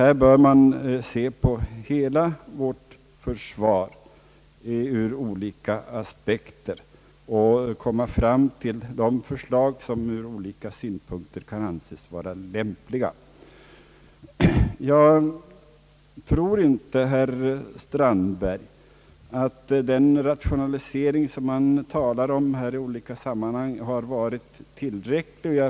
Här bör man alltså se på hela vårt försvar ur olika aspekter för att kunna komma fram till förslag som ur skilda synpunkter kan anses vara lämpliga. Jag tror inte, herr Strandberg, att den rationalisering som man talar om i olika sammanhang varit tillräcklig.